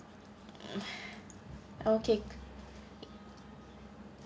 okay